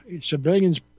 civilians